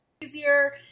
easier